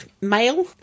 male